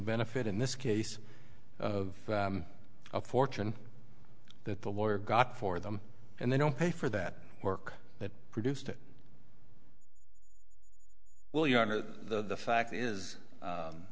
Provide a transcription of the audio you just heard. benefit in this case of a fortune that the lawyer got for them and they don't pay for that work that produced it well your honor the fact is